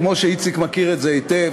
כמו שאיציק מכיר את זה היטב,